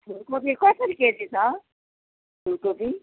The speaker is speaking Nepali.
फुलकोपी कसरी केजी छ फुलकोपी